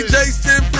Jason